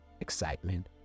excitement